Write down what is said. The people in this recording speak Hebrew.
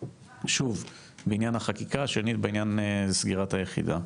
שוב, בעניין החקיקה, השני בעניין סגירת היחידה.